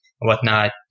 whatnot